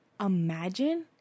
imagine